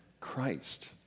Christ